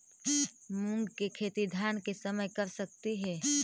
मुंग के खेती धान के समय कर सकती हे?